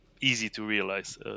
easy-to-realize